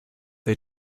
they